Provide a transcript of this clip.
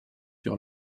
sur